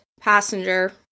passenger